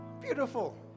Beautiful